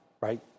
right